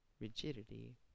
Rigidity